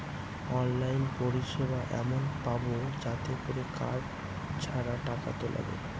online পরিষেবা এমন পাবো যাতে করে কার্ড ছাড়া টাকা তোলা যাবে